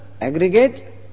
aggregate